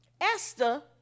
Esther